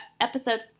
episode